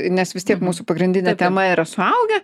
nes vis tiek mūsų pagrindinė tema yra suaugę